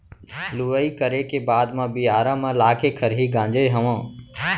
लुवई करे के बाद म बियारा म लाके खरही गांजे हँव